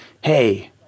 hey